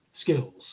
skills